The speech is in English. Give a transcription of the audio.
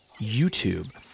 YouTube